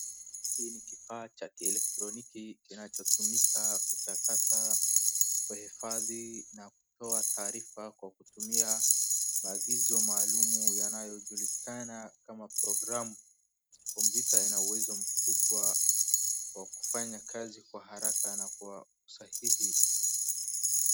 Hii ni kifaa cha electroniki kinachotumika kuchakata, kuhifadhi na kutoa taarifa kwa kutumia maagizo maalum yanayojulikana kama programu. Kompyuta ina uwezo mkubwa wa kufanya kazi kwa haraka na kwa usahihi.